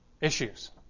issues